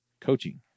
coaching